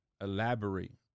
elaborate